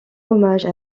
hommage